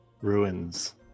ruins